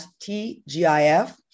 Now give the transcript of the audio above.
TGIF